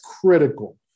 critical